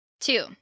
Two